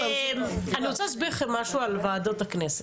אני רוצה להסביר לכם משהו על ועדות הכנסת.